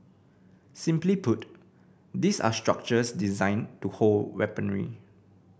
simply put these are structures designed to hold weaponry